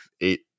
eight